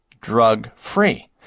Drug-free